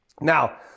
Now